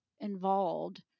involved